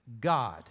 God